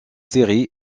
séries